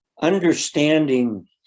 understanding